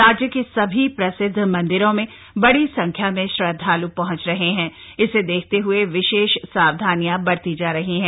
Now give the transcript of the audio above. राज्य के सभी प्रसिद्ध मंदिरों में बड़ी संख्या में श्रद्धालू पहंच रहे हैं इसे देखते हूए विशेष सावधानियां बरती जा रही हैं